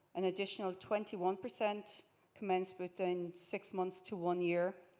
an additional twenty one percent commenced within six months to one year.